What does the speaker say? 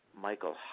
Michael